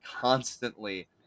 constantly